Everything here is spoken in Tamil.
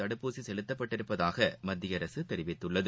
தடுப்பூசிசெலுத்தப்பட்டுள்ளதாகமத்தியஅரசுதெரிவித்துள்ளது